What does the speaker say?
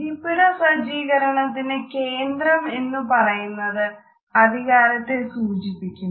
ഇരിപ്പിട സജ്ജീകരണത്തിന്റെ കേന്ദ്രം എന്നു പറയുന്നത് അധികാരത്തെ സൂചിപ്പിക്കുന്നു